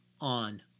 on